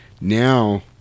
Now